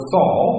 Saul